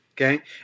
Okay